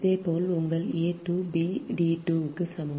இதேபோல் உங்கள் a to b d2 க்கு சமம்